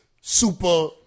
super